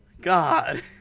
God